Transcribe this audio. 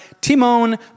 Timon